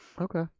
Okay